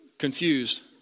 confused